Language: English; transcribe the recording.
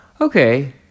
okay